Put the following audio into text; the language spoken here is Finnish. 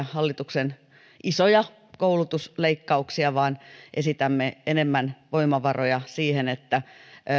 hallituksen isoja koulutusleikkauksia vaan esitämme enemmän voimavaroja siihen että